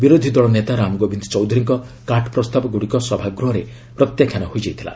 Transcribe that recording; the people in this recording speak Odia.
ବିରୋଧୀ ଦଳ ନେତା ରାମ ଗୋବିନ୍ଦ ଚୌଧୁରୀଙ୍କ କାଟ୍ ପ୍ରସ୍ତାବଗୁଡ଼ିକ ସଭାଗୃହରେ ପ୍ରତ୍ୟାଖ୍ୟାନ ହୋଇଯାଇଥିଲା